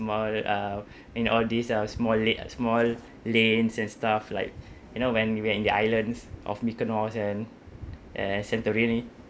small uh in all these uh small lay~ small lanes and stuff like you know when we are in the islands of mykonos and and santorini